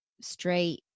straight